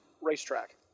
racetrack